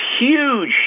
huge